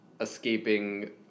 escaping